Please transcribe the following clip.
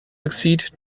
succeed